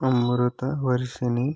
Amrutha Varshini